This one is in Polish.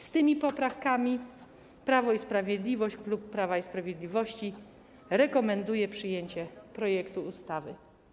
Z tymi poprawkami Prawo i Sprawiedliwość, klub Prawa i Sprawiedliwości rekomenduje przyjęcie projektu ustawy.